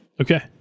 Okay